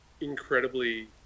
incredibly